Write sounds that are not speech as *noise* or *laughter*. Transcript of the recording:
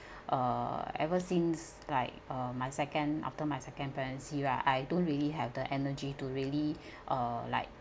uh ever since like uh my second after my second pregnancy right I don't really have the energy to really *breath* uh like